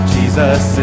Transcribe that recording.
Jesus